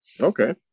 okay